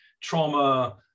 trauma